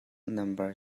nambar